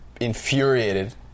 infuriated